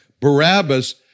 Barabbas